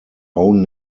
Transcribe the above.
own